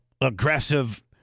aggressive